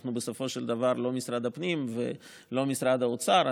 אנחנו בסופו של דבר לא משרד הפנים ולא משרד האוצר,